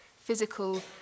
Physical